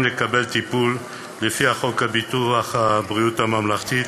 לקבל טיפול לפי חוק ביטוח בריאות ממלכתי,